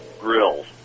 grills